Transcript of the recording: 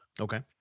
Okay